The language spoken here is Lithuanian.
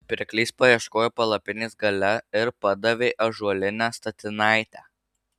pirklys paieškojo palapinės gale ir padavė ąžuolinę statinaitę